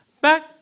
back